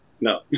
No